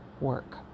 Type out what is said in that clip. work